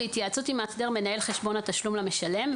בהתייעצות עם מאסדר מנהל חשבון התשלום למשלם,